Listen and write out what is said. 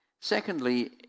Secondly